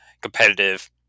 competitive